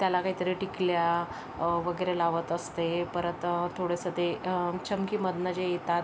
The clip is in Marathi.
त्याला काहीतरी टिकल्या वगैरे लावत असते परत थोडंसं ते चमकीमधून जे येतात